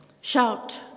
Shout